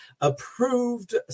approved